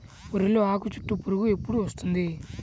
వరిలో ఆకుచుట్టు పురుగు ఎప్పుడు వస్తుంది?